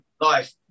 life